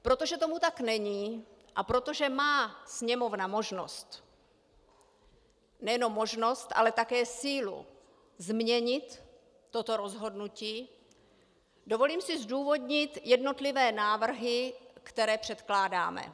Protože tomu tak není a protože má Sněmovna možnost nejenom možnost, ale také sílu změnit toto rozhodnutí, dovolím si zdůvodnit jednotlivé návrhy, které předkládáme.